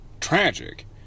tragic